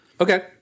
Okay